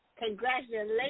Congratulations